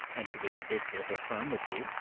and so they did basically a whole term with eight.